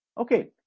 Okay